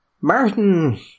Martin